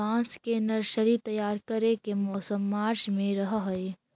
बांस के नर्सरी तैयार करे के मौसम मार्च में रहऽ हई